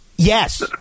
Yes